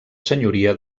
senyoria